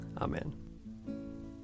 Amen